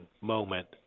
moment